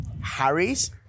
Harry's